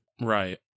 Right